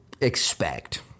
expect